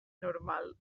normal